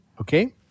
Okay